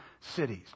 cities